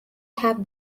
have